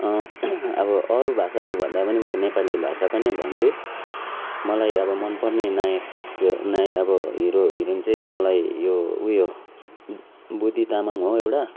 अब अरू भाषाकोभन्दा पनि म नेपाली भाषाको नै भन्छु मलाई अब मन पर्ने नायक नाय अब हिरो हिरोइन चाहिँ मलाई यो उयो बुद्धि तामाङ हो एउटा